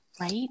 right